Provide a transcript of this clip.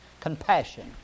compassion